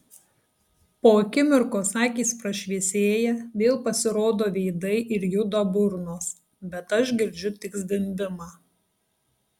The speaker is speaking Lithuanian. po akimirkos akys prašviesėja vėl pasirodo veidai ir juda burnos bet aš girdžiu tik zvimbimą